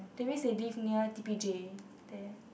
that means they live near T_P_J there